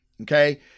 Okay